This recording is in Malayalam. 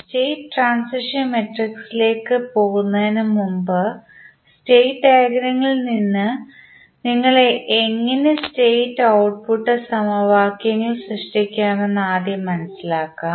സ്റ്റേറ്റ് ട്രാൻസിഷൻ മാട്രിക്സിലേക്ക് പോകുന്നതിനുമുമ്പ് സ്റ്റേറ്റ് ഡയഗ്രാമിൽ നിന്ന് നിങ്ങൾ എങ്ങനെ സ്റ്റേറ്റ് ഔട്ട്പുട്ട് സമവാക്യങ്ങൾ സൃഷ്ടിക്കുമെന്ന് ആദ്യം മനസിലാക്കാം